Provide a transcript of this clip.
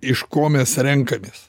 iš ko mes renkamės